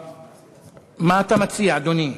מה אתה מציע, אדוני?